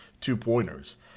two-pointers